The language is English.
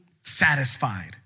Satisfied